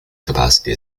capacity